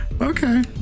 Okay